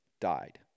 died